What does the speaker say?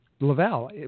Laval